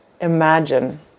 imagine